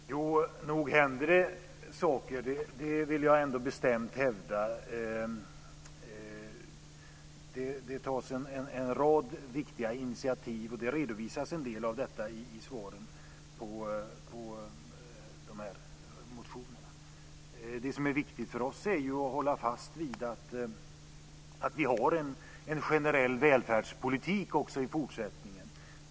Fru talman! Nog händer det saker; det vill jag ändå bestämt hävda. Det tas en rad viktiga initiativ, och en del av detta redovisas i kommentarerna till motionerna. Det som är viktigt för oss är att hålla fast vid en generell välfärdspolitik också i fortsättningen.